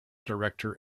director